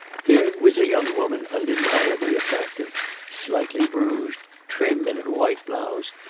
here was a young woman undeniably attractive slightly rouged, trim in her white blouse,